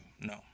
No